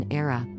era